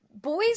boys